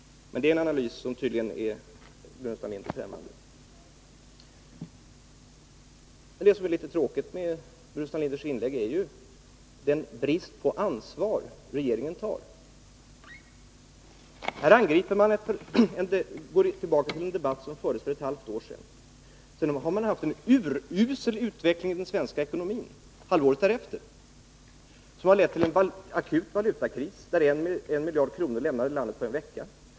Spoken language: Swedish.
Men det är en analys som tydligen är Staffan Burenstam Linder främmande. Det som är litet tråkigt med Staffan Burenstam Linders inlägg är att det visar regeringens brist på ansvar. Man går tillbaka till en debatt som fördes för ett halvår sedan. Det har varit en urusel utveckling i svensk ekonomi därefter som har lett till en akut valutakris, där en miljard kronor lämnar landet per vecka.